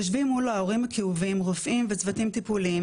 יושבים מול ההורים הכאובים רופאים וצוותים טיפוליים,